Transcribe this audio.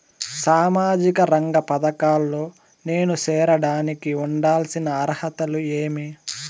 సామాజిక రంగ పథకాల్లో నేను చేరడానికి ఉండాల్సిన అర్హతలు ఏమి?